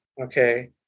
Okay